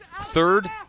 third